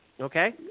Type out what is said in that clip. Okay